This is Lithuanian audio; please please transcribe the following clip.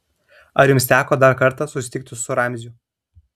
ar jums teko dar kartą susitikti su ramziu